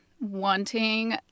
wanting